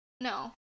No